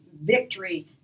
victory